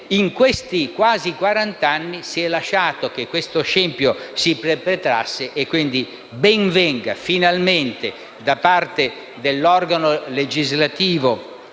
in questi quasi quarant'anni si è lasciato che questo scempio si perpetrasse. Quindi, ben venga, finalmente, da parte dell'organo legislativo,